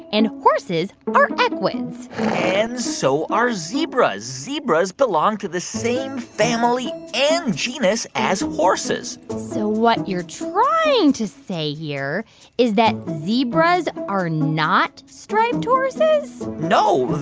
and horses are equids and so are zebras. zebras belong to the same family and genus as horses so what you're trying to say here is that zebras are not striped horses? no,